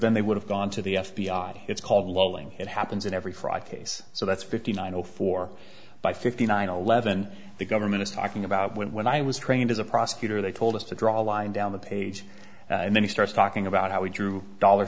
then they would have gone to the f b i it's called lolling it happens in every fraud case so that's fifty nine zero four by fifty nine eleven the government is talking about when i was trained as a prosecutor they told us to draw a line down the page and then he starts talking about how we drew dollar